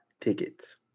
tickets